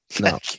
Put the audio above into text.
No